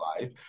life